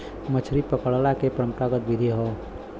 मछरी पकड़ला के परंपरागत विधि हौ